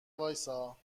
وایستا